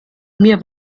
mir